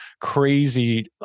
crazy